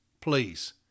please